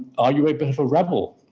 are you a bit of a rebel?